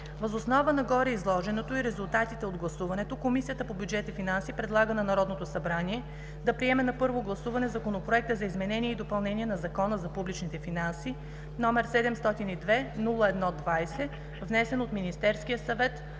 Въз основа на гореизложеното и резултатите от гласуването Комисията по бюджет и финанси предлага на Народното събрание да приеме на първо гласуване Законопроект за изменение и допълнение на Закона за публичните финанси, № 702-01-20, внесен от Министерския съвет